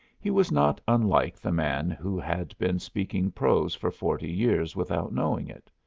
he was not unlike the man who had been speaking prose for forty years without knowing it.